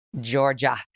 Georgia